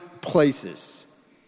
places